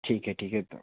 ठीक है ठीक है